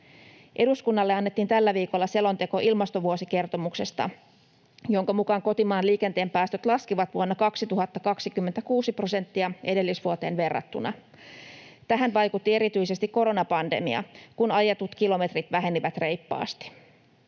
Eduskunnalle annettiin tällä viikolla selonteko ilmastovuosikertomuksesta, jonka mukaan kotimaan liikenteen päästöt laskivat vuonna 2020 kuusi prosenttia edellisvuoteen verrattuna. Tähän vaikutti erityisesti koronapandemia, kun ajetut kilometrit vähenivät reippaasti.